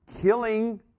killing